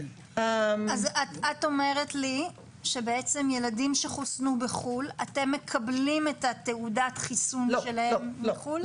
את אומרת שילדים שחוסנו בחו"ל אתם מקבלים את תעודת החיסון שלהם מחו"ל?